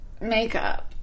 makeup